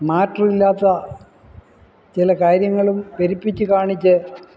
matter ഇല്ലാത്ത ചില കാര്യങ്ങളും പെരുപ്പിച്ച് കാണിച്ച്